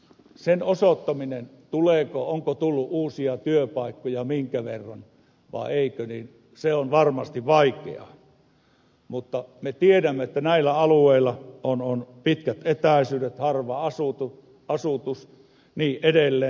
sen osoittaminen onko tullut uusia työpaikkoja ja kuinka paljon vaiko ei ole tullut on varmasti vaikeaa mutta me tiedämme että näillä alueilla on pitkät etäisyydet harva asutus ja niin edelleen